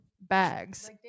bags